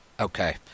Okay